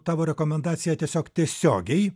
tavo rekomendaciją tiesiog tiesiogiai